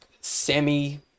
semi